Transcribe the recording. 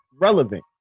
relevant